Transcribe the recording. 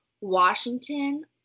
washington